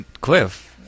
Cliff